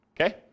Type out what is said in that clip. Okay